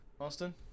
Austin